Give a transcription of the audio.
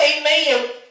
amen